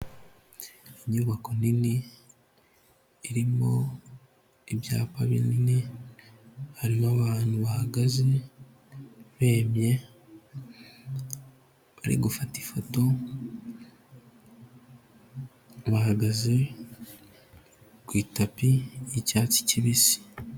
Inyubako nini irimo ibyapa binini, harimo abantu bahagaze bemye bari gufata ifoto, bahagaze ku itapi y'icyatsi kibisi.